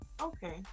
okay